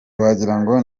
wagirango